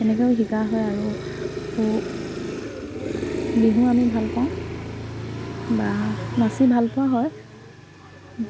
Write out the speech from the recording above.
এনেকেও শিকা হয় আৰু বিহু আমি ভাল পাওঁ বা নাচি ভালপোৱা হয়